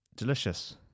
Delicious